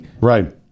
Right